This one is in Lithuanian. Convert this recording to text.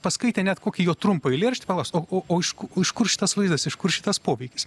paskaitę net kokį jo trumpą eilėraštį pala o o o iš kur iš kur šitas vaizdas iš kur šitas poveikis